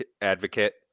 advocate